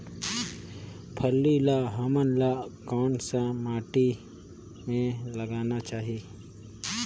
फल्ली ल हमला कौन सा माटी मे लगाना चाही?